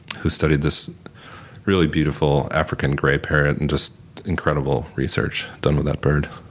who studied this really beautiful african grey parrot and just incredible research done with that bird.